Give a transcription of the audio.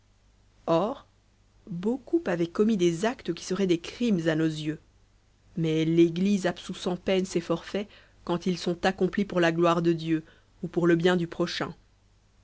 beaucoup avaient commis des actes qui seraient des crimes à nos yeux mais l'église absout sans peine ces forfaits quand ils sont accomplis pour la gloire de dieu ou pour le bien du prochain